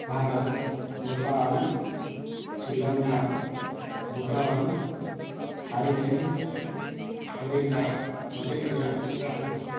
Bharat Nepal Sri Lanka Bhutan Thailand America Malaysia Singapore